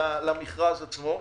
למכרז - למכרז עצמו,